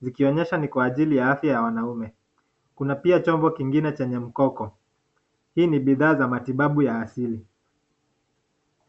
zikionyesha ni kwa ajili ya afya ya wanaume . Kuna pia chombo kingine chenye mkoko hii ni bidhaa za matibabu ya asili.